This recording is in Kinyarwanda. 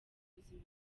ubuzima